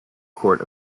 court